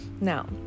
now